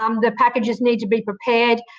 um the packages need to be prepared.